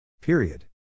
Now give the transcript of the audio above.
Period